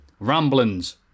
Ramblins